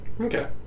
Okay